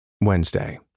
Wednesday